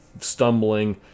stumbling